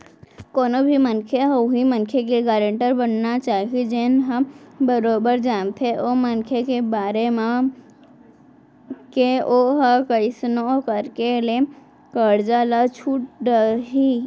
कोनो भी मनखे ह उहीं मनखे के गारेंटर बनना चाही जेन ह बरोबर जानथे ओ मनखे के बारे म के ओहा कइसनो करके ले करजा ल छूट डरही